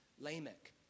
Lamech